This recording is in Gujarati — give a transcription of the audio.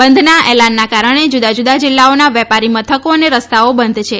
બંધના એલાનના કારણે જુદા જુદા જિલ્લાઓના વેપારી મથકો અને રસ્તાઓ બંધ છે